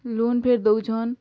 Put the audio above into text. loan ଫିର୍ ଦଉଛନ୍